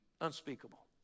unspeakable